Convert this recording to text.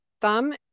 thumb